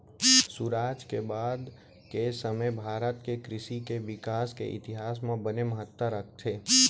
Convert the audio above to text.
सुराज के बाद के समे भारत के कृसि के बिकास के इतिहास म बने महत्ता राखथे